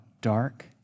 dark